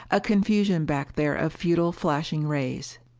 a confusion back there of futile flashing rays.